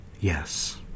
Yes